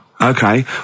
Okay